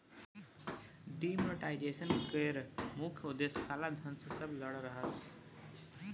demonetisation केर मुख्य उद्देश्य काला धन सँ लड़ब रहय